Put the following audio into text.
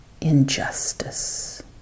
injustice